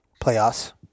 Playoffs